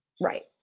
Right